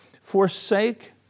forsake